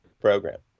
program